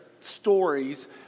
stories